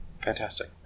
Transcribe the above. fantastic